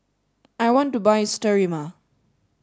I want to buy Sterimar